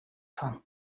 fan